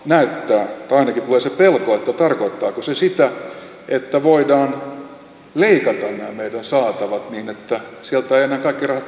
näyttää siltä tai ainakin tulee se pelko että tarkoittaako se sitä että voidaan leikata nämä meidän saatavamme niin että sieltä eivät enää kaikki rahat tulekaan takaisin